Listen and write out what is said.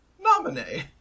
Nominee